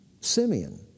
Simeon